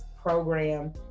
program